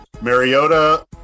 Mariota